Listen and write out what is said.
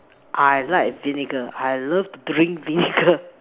I like vinegar I love drink vinegar